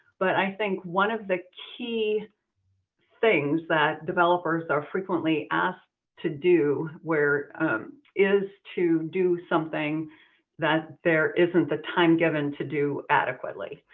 but i think one of the key things that developers are frequently asked to do is to do something that there isn't the time given to do adequately.